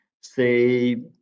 say